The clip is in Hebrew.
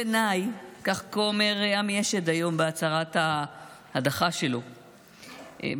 כך אומר עמי אשד היום בהצהרת ההדחה שלו,